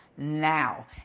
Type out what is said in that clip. Now